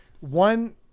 One